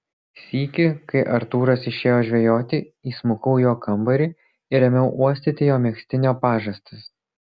sykį kai artūras išėjo žvejoti įsmukau į jo kambarį ir ėmiau uostyti jo megztinio pažastis